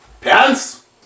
Pants